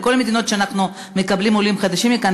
עם כל המדינות שאנחנו מקבלים מהן עולים חדשים לכאן,